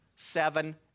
seven